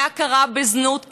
והכרה בזנות כנכות,